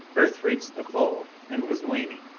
earth reached the full and was waning.